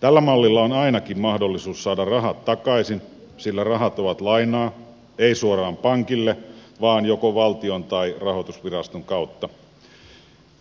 tällä mallilla on ainakin mahdollisuus saada rahat takaisin sillä rahat ovat lainaa ei suoraan pankille vaan joko valtion tai rahoitusviraston kautta